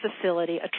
facility